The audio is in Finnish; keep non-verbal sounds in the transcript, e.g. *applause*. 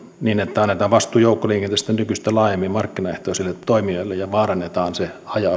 niin että annetaan vastuu joukkoliikenteestä nykyistä laajemmin markkinaehtoisille toimijoille ja vaarannetaan se haja *unintelligible*